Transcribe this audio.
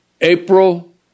April